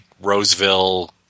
Roseville